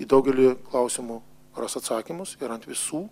į daugelį klausimų ras atsakymus ir ant visų